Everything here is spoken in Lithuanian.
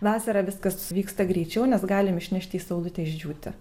vasarą viskas vyksta greičiau nes galim išnešt į saulutę išdžiūti